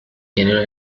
career